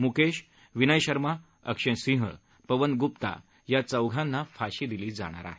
मुकेश विनय शर्मा अक्षय सिंह पवन ग्प्ता या चौघांना फाशी दिली जाणार आहे